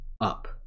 up